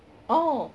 oh